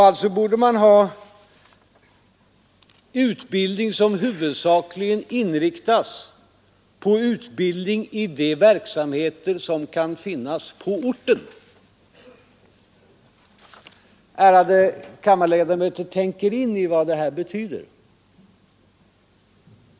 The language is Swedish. Alltså borde man ha en utbildning som huvudsakligen inriktas på utbildning i de verksamheter som kan finnas på orten Ärade kammarledamöter! Tänk er in i vad detta betyder.